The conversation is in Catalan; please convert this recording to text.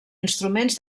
instruments